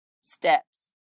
steps